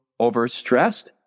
overstressed